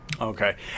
Okay